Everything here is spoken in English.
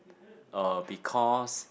uh because